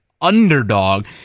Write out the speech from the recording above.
underdog